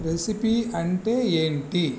recipe అంటే ఏంటి